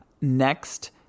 next